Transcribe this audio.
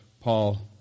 Paul